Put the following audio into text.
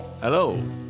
Hello